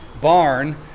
barn